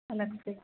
अलग से